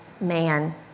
man